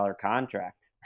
contract